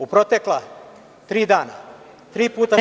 U protekla tri dana tri puta ste…